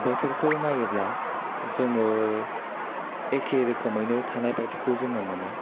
बोथोरखौ नायोब्ला जोङो एखे रोखोमैनो थानाय बायदिखौ जोङो मोनो